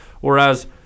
Whereas